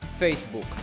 Facebook